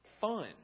fun